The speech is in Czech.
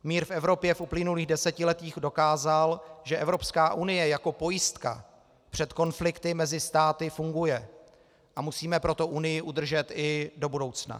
Mír v Evropě v uplynulých desetiletích dokázal, že Evropská unie jako pojistka před konflikty mezi státy funguje, a musíme proto Unii udržet i do budoucna.